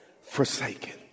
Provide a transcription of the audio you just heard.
forsaken